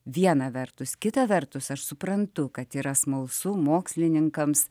viena vertus kita vertus aš suprantu kad yra smalsu mokslininkams